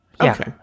Okay